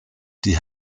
die